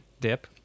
dip